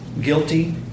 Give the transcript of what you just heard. guilty